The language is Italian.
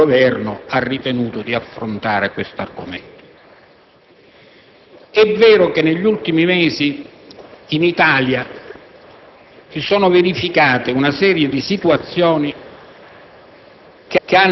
con le quali il Governo ha ritenuto di affrontare l'argomento. È vero che negli ultimi mesi in Italia si è verificata una serie di situazioni